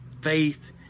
Faith